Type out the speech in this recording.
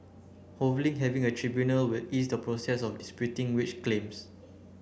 having a tribunal will ease the process of disputing wage claims